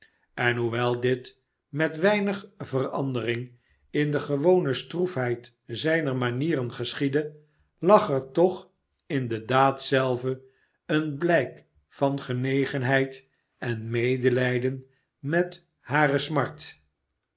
en hoewel dit met weinig verandering in de gewone stroefheid zijner manieren geschiedde lag er toch in de daad zelve een blijk van genegenheid en medelijden met hare smart